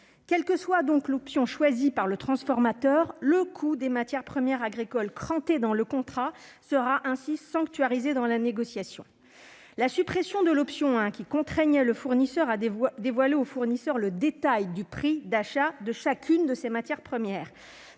Quelle que soit l'option choisie par le transformateur, donc, le coût des matières premières agricoles cranté dans le contrat sera ainsi sanctuarisé dans la négociation. L'option qui contraignait le fournisseur à dévoiler au distributeur le détail des prix d'achat de chacune de ses matières premières